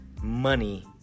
money